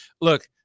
look